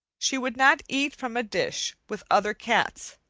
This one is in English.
she would not eat from a dish with other cats,